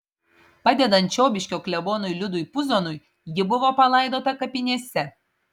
padedant čiobiškio klebonui liudui puzonui ji buvo palaidota kapinėse